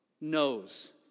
knows